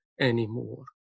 anymore